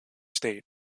state